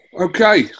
Okay